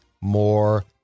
more